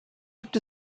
gibt